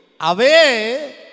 away